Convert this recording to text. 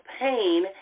pain